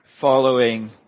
following